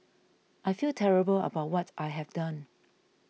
I feel terrible about what I have done